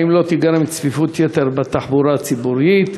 2. האם לא תיגרם צפיפות יתר בתחבורה הציבורית?